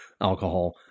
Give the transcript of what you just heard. alcohol